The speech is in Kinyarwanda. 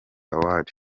award